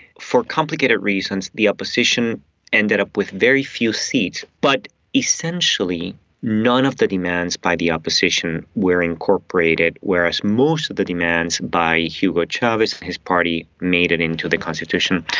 for complicated reasons the opposition ended up with very few seats. but essentially none of the demands by the opposition were incorporated, whereas most of the demands by hugo chavez and his party made in to the constitution.